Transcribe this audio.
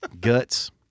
Guts